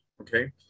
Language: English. okay